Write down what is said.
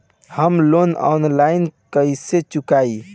हम loan online कइसे चुकाई?